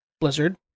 Blizzard